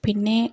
പിന്നെ